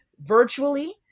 virtually